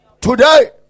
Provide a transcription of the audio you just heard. Today